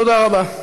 תודה רבה.